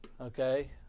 Okay